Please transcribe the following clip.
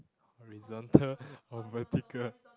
horizontal or vertical